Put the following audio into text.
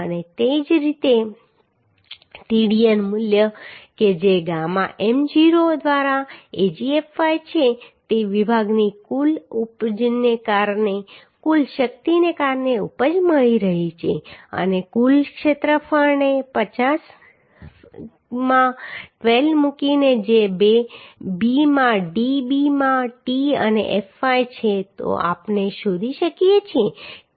અને તે જ રીતે Tdg મૂલ્ય કે જે ગામા m0 દ્વારા Agfy છે તે વિભાગની કુલ ઉપજને કારણે કુલ શક્તિને કારણે ઉપજ મળી રહી છે અને કુલ ક્ષેત્રફળને 50 માં 12 મૂકીને જે B માં d B માં t અને fy છે તો આપણે શોધી શકીએ છીએ